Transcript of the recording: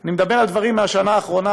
אני מדבר על דברים מהשנה האחרונה,